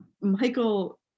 Michael